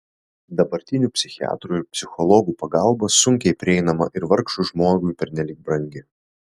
dabartinių psichiatrų ir psichologų pagalba sunkiai prieinama ir vargšui žmogui pernelyg brangi